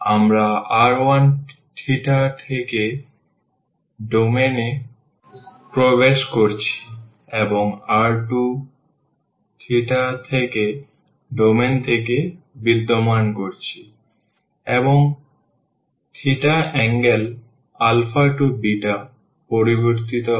আমরা r1θ থেকে ডোমেইন এ প্রবেশ করছি এবং r2θ থেকে ডোমেইন থেকে বিদ্যমান করছি এবং থিটা অ্যাঙ্গেল α to β পরিবর্তিত হয়